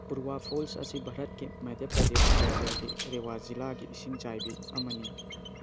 Purwa falls ꯑꯁꯤ ꯚꯥꯔꯠꯀꯤ ꯃꯙ꯭ꯌ ꯄ꯭ꯔꯗꯦꯁ ꯔꯥꯖ꯭ꯌꯒꯤ ꯔꯤꯋꯥ ꯖꯤꯜꯂꯥꯒꯤ ꯏꯁꯤꯡꯆꯥꯏꯕꯤ ꯑꯃꯅꯤ